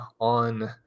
on